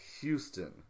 Houston